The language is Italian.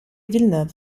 villeneuve